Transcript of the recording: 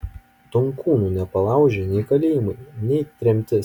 tonkūno nepalaužė nei kalėjimai nei tremtis